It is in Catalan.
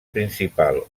principal